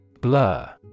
Blur